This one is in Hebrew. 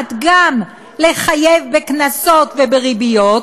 טורחת גם לחייב בקנסות ובריביות,